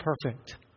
perfect